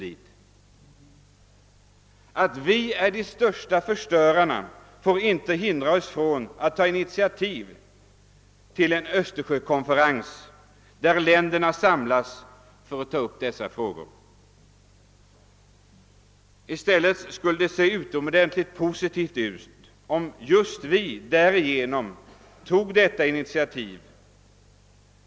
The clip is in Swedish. Det förhållandet att vi förstör mest får inte hindra oss från att ta initiativ till en Östersjökonferens, där länderna skulle samlas för att ta upp dessa frågor. I stället skulle det ge ett utomordentligt positivt intryck om just vi tog detta initiativ.